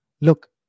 look